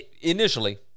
Initially